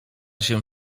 się